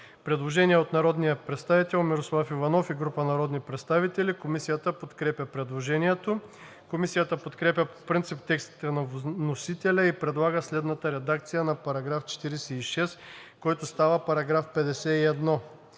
Предложение на народния представител Мирослав Иванов и група народни представители. Комисията подкрепя предложението. Комисията подкрепя по принцип текста на вносителя и предлага следната редакция на § 46, който става § 51: „§ 51.